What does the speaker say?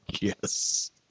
Yes